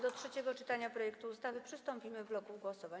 Do trzeciego czytania projektu ustawy przystąpimy w bloku głosowań.